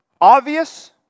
obvious